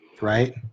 Right